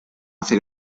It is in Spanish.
hace